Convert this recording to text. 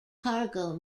cargo